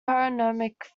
panoramic